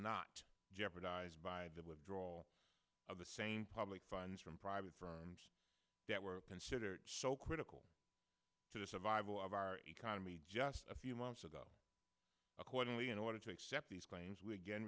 not jeopardized by withdrawal of the same public funds from private firms that were considered so critical to the survival of our economy just a few months ago accordingly in order to accept these claims we again